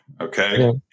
Okay